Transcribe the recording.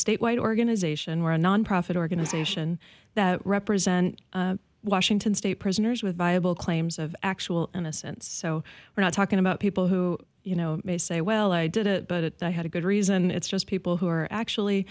statewide organization were a nonprofit organization that represents washington state prisoners with viable claims of actual innocence so we're not talking about people who you know may say well i did it but i had a good reason it's just people who are actually